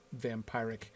vampiric